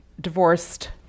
divorced